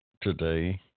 today